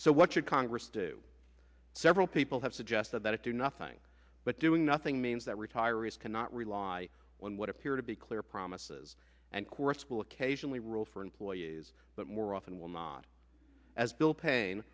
so what should congress do several people have suggested that it do nothing but doing nothing means that retirees cannot rely on what appear to be clear promises and courts will occasionally rule for employees but more often well not as bill payin